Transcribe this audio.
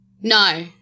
no